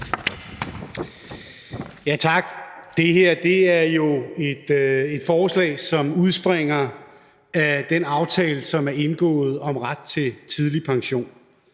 Tak. Det her er jo et forslag, som udspringer af den aftale, som er indgået om ret til tidlig pension.